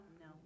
No